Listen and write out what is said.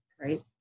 right